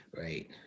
Right